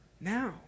now